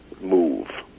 move